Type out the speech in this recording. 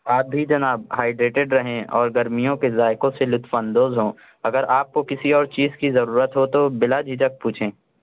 آپ بھی جناب ہائیریٹیڈ رہیں اور گرمیوں کے ذائقوں سے لطف اندوز ہوں اگر آپ كو کسی اور چيز كى ضرورت ہو تو بلا جھجھک پوچھیں